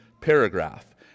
paragraph